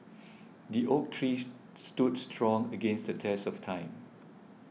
the oak trees stood strong against the test of time